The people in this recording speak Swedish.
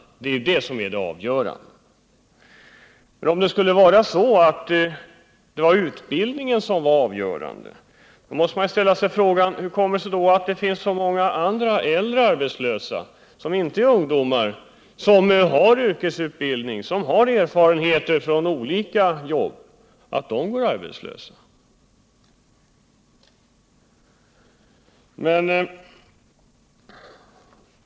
Men om nu utbildningen skulle vara det avgörande måste man ställa sig frågan: Hur kommer det sig då att så många äldre går arbetslösa, som inte är ungdomar men som har yrkesutbildning och erfarenheter från olika jobb?